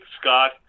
Scott